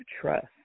trust